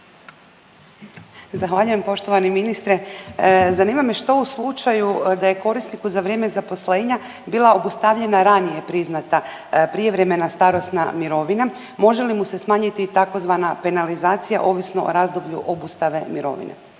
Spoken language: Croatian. Zahvaljujem poštovani ministre. Zanima me što u slučaju da je korisniku za vrijeme zaposlenja bila obustavljena ranije priznata prijevremena starosna mirovina? Može li mu se smanjiti i tzv. penalizacija ovisno o razdoblju obustave mirovine?